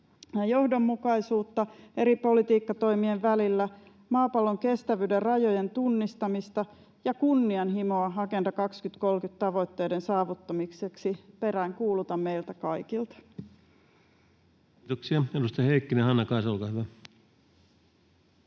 Johdonmukaisuutta eri politiikkatoimien välillä, maapallon kestävyyden rajojen tunnistamista ja kunnianhimoa Agenda 2030 ‑tavoitteiden saavuttamiseksi peräänkuulutan meiltä kaikilta. Kiitoksia. — Edustaja Heikkinen, Hannakaisa, olkaa hyvä.